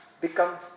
become